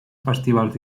festivals